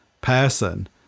person